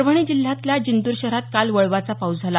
परभणी जिल्ह्यातल्या जिंतूर शहरात काल वळवाचा पाऊस झाला